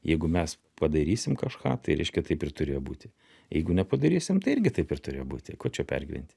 jeigu mes padarysim kažką tai reiškia taip ir turėjo būti jeigu nepadarysim tai irgi taip ir turėjo būti ko čia pergyventi